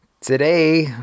Today